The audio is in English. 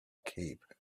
cape